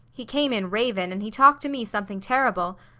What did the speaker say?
he came in ravin', and he talked to me something terrible.